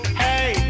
hey